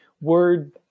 word